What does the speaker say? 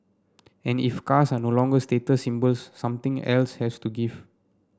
and if cars are no longer status symbols something else has to give